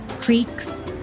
creeks